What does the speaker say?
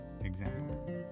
example